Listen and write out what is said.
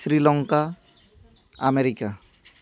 Sri Lanka America